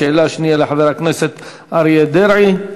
שאלה שנייה, לחבר הכנסת אריה דרעי.